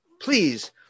Please